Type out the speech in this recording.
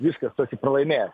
viskas tu esi pralaimėjęs